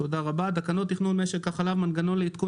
תקנות תכנון משק החלב (מנגנון לעדכון